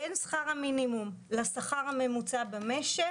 בין שכר המינימום לשכר הממוצע במשק